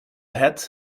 hat